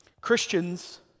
Christians